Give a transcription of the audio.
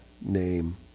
name